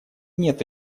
нет